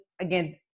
again